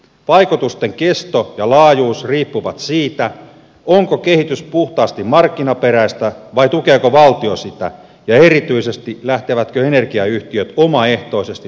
vaikutusten kesto ja laajuus riippuvat siitä onko kehitys puhtaasti markkinaperäistä vai tukeeko valtio sitä ja erityisesti lähtevätkö energiayhtiöt omaehtoisesti toteuttamaan sitä